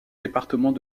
départements